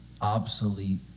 obsolete